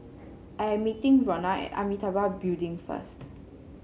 I am meeting Ronna at Amitabha Building first